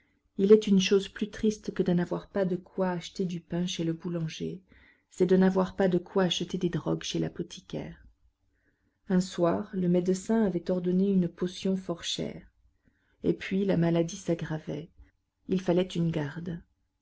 il est une chose plus triste que de n'avoir pas de quoi acheter du pain chez le boulanger c'est de n'avoir pas de quoi acheter des drogues chez l'apothicaire un soir le médecin avait ordonné une potion fort chère et puis la maladie s'aggravait il fallait une garde